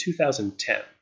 2010